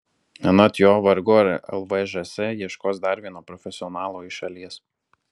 anot jo vargu ar lvžs ieškos dar vieno profesionalo iš šalies